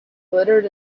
glittered